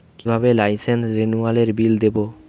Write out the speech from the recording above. কিভাবে লাইসেন্স রেনুয়ালের বিল দেবো?